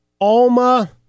Alma